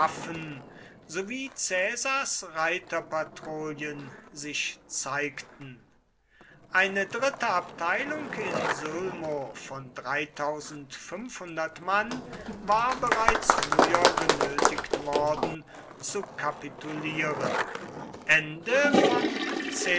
sowie caesars reiterpatrouillen sich zeigten eine dritte abteilung in sulmo von mann war bereits früher genötigt worden zu kapitulieren